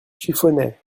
chiffonnet